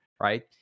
Right